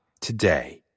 today